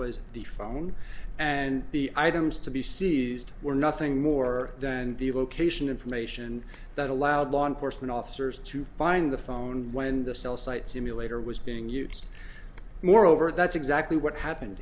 was the phone and the items to be seized were nothing more than the location information that allowed law enforcement officers to find the phone when the cell site simulator was being used moreover that's exactly what happened